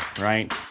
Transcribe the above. right